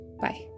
Bye